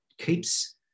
keeps